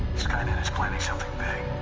skynet is planning something big